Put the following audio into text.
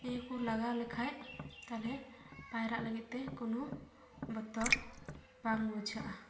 ᱱᱤᱭᱟᱹ ᱠᱚ ᱞᱟᱜᱟᱣ ᱞᱮᱠᱷᱟᱱ ᱛᱟᱦᱚᱞᱮ ᱯᱟᱭᱨᱟᱜ ᱞᱟᱹᱜᱤᱫᱼᱛᱮ ᱠᱳᱱᱳ ᱵᱚᱛᱚᱨ ᱵᱟᱝ ᱵᱩᱡᱷᱟᱹᱜᱼᱟ